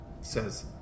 says